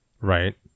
Right